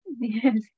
yes